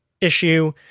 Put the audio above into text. issue